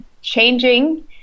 changing